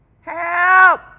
Help